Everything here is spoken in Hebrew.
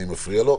אני מפריע לו,